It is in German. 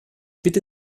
bitte